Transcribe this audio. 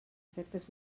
efectes